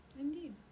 Indeed